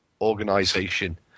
organization